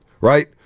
right